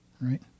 right